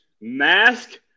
mask